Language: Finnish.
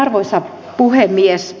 arvoisa puhemies